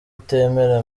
utemera